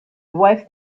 wife